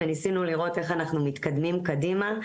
ניסינו לראות איך אנחנו מתקדמים קדימה,